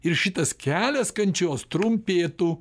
ir šitas kelias kančios trumpėtų